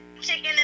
chicken